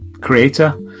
creator